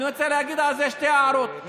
אני רוצה להעיר על זה שתי הערות: